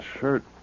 shirt